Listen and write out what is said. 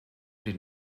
did